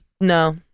No